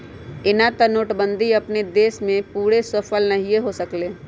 एना तऽ नोटबन्दि अप्पन उद्देश्य में पूरे सूफल नहीए हो सकलै